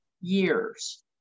years